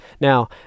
Now